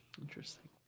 Interesting